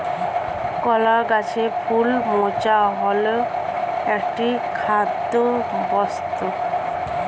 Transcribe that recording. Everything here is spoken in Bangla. কলা গাছের ফুল মোচা হল একটি খাদ্যবস্তু